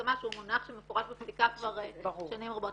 ההסכמה שהוא מונח שמפורש בפסיקה כבר שנים רבות.